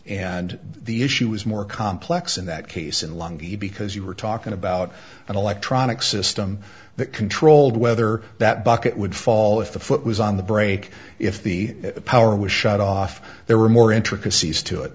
and the issue is more complex in that case in long beach because you were talking about an electronic system that controlled whether that bucket would fall if the foot was on the brake if the power was shut off there were more intricacies to it